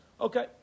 Okay